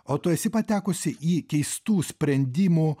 o tu esi patekusi į keistų sprendimų